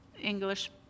English